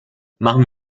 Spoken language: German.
machen